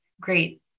great